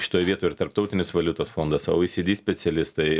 šitoj vietoj ir tarptautinis valiutos fondas oecd specialistai